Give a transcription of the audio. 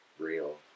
real